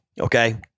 Okay